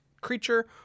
creature